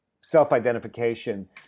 self-identification